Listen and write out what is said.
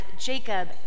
Jacob